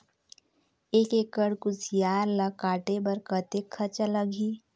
एक एकड़ कुसियार ल काटे बर कतेक खरचा लगही?